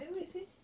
at where seh